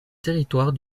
territoire